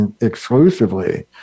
exclusively